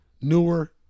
newer